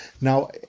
now